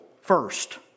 first